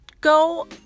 go